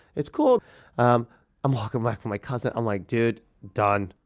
it's cool um i'm walking back with my cousin, i'm like, dude, done.